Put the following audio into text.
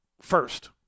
first